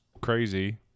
crazy